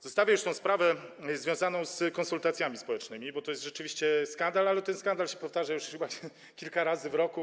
Zostawię już sprawę związaną z konsultacjami społecznymi, bo to jest rzeczywiście skandal, ale on się powtarza już chyba kilka razy w roku.